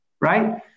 right